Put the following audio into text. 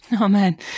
Amen